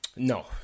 No